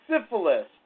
syphilis